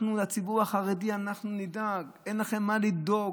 אנחנו נדאג לציבור החרדי, אין לכם מה לדאוג.